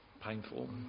painful